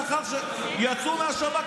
לאחר שיצאו מהשב"כ,